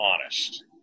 honest